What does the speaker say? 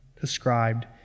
described